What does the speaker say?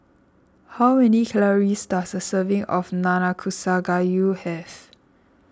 how many calories does a serving of Nanakusa Gayu have